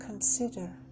Consider